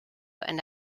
and